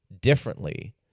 differently